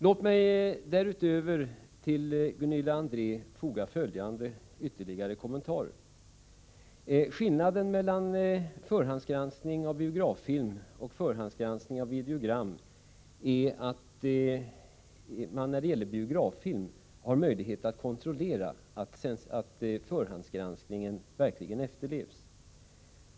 Låt mig till det foga följande ytterligare kommentarer! Skillnaden mellan förhandsgranskning av biograffilm och förhandsgranskning av videogram är att man när det gäller biograffilm har möjlighet att kontrollera att förhandsgranskningen verkligen efterlevs.